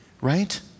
right